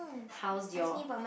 how is your